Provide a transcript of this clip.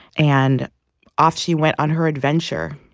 and off she went on her adventure